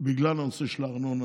בגלל הנושא של הארנונה,